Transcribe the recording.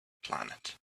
planet